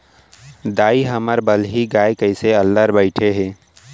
दाई, हमर बलही गाय कइसे अल्लर बइठे हे